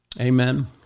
Amen